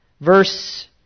Verse